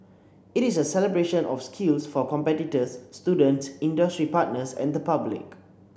it is a celebration of skills for competitors students industry partners and the public